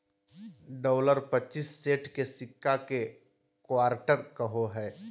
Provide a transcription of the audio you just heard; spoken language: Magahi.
डॉलर पच्चीस सेंट के सिक्का के क्वार्टर कहो हइ